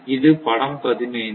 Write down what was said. இது படம் 15